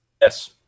yes